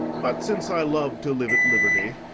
but, since i love to live at liberty,